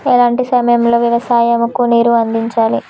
ఎలాంటి సమయం లో వ్యవసాయము కు నీరు అందించాలి?